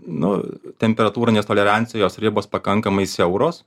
nu temperatūrinės tolerancijos ribos pakankamai siauros